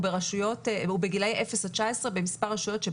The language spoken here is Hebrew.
היא בגילי אפס עד 19 במספר רשויות.